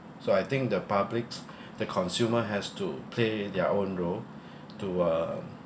so I think the publics the consumer has to play their own role to uh